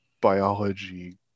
biology